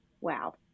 Wow